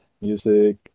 music